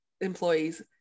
employees